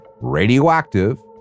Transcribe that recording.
radioactive